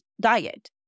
diet